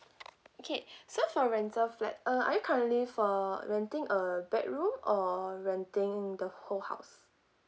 okay so for rental flat uh are you currently for renting a bedroom or renting the whole house